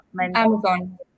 Amazon